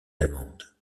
allemande